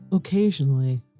Occasionally